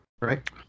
right